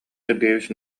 сергеевич